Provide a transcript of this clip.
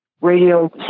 radio